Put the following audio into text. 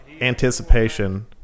anticipation